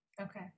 okay